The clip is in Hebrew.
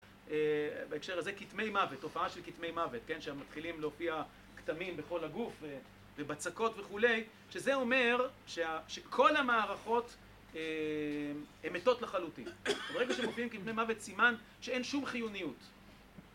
בהקשר הזה, כתמי מוות, הופעה של כתמי מוות, שמתחילים להופיע כתמים בכל הגוף, ובצקות וכולי, שזה אומר שכל המערכות הן מתות לחלוטין. ברגע שמופיעים כתמי מוות, סימן שאין שום חיוניות.